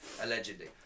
allegedly